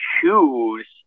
choose